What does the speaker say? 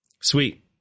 Sweet